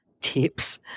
tips